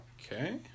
Okay